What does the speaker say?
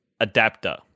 adapter